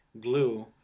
glue